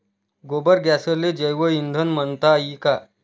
गोबर गॅसले जैवईंधन म्हनता ई का?